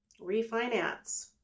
refinance